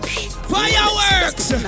Fireworks